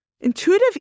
Intuitive